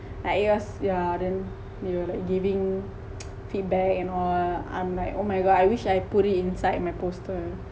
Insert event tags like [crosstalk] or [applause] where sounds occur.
like yours yeah then they will like giving [noise] feedback and all I'm like oh my god I wish I put it inside my poster